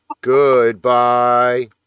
goodbye